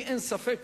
לי אין ספק